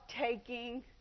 taking